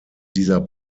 dieser